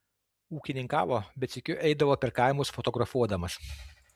ūkininkavo bet sykiu eidavo per kaimus fotografuodamas